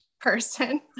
person